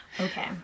Okay